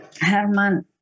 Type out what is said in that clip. Herman